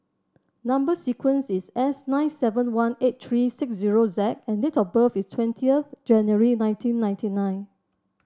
number sequence is S nine seven one eight three six zero Z and date of birth is twentieth January nineteen ninety nine